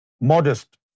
modest